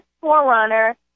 forerunner